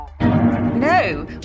No